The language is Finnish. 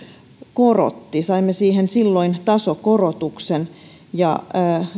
korotti saimme siihen silloin tasokorotuksen ja